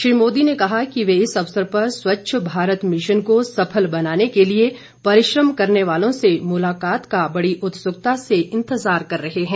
श्री मोदी ने कहा कि वे इस अवसर पर स्वच्छ भारत मिशन को सफल बनाने के लिए परिश्रम करने वालों से मुलाकात का बड़ी उत्सुकता से इंतजार कर रहे हैं